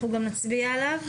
אנחנו גם נצביע עליו,